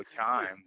time